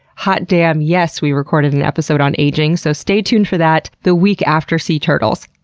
hot damn, yes, we recorded an episode on aging! so stay tuned for that the week after sea turtles.